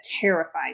terrified